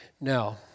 Now